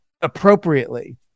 appropriately